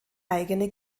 eigene